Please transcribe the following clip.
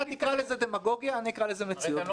אתה תקרא לזה "דמגוגיה", אני אקרא לזה "מציאות".